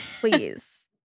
please